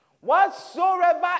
Whatsoever